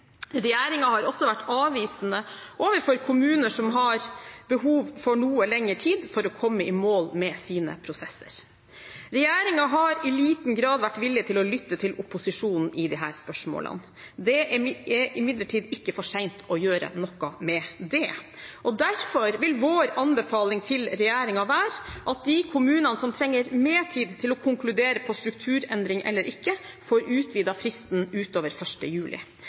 har også vært avvisende overfor kommuner som har behov for noe lenger tid for å komme i mål med sine prosesser. Regjeringen har i liten grad vært villig til å lytte til opposisjonen i disse spørsmålene. Det er imidlertid ikke for sent å gjøre noe med det. Derfor vil vår anbefaling til regjeringen være at de kommunene som trenger mer tid til å konkludere angående strukturendring eller ikke, får utvidet fristen utover 1. juli.